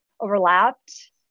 overlapped